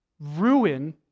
Ruin